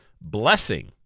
blessing